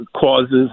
causes